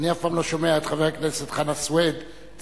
אני אף פעם לא שומע את חבר הכנסת חנא סוייד צועק,